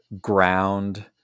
ground